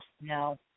No